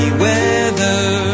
weather